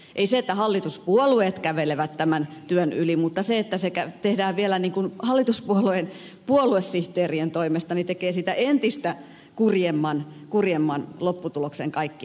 ei se että hallituspuolueet kävelevät tämän työn yli mutta se että se tehdään vielä hallituspuolueiden puoluesihteerien toimesta tekee siitä entistä kurjemman lopputuloksen kaikkinensa